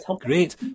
great